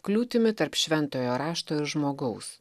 kliūtimi tarp šventojo rašto ir žmogaus